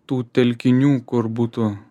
tų telkinių kur būtų